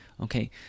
Okay